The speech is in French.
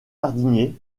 jardiniers